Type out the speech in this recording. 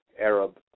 Arab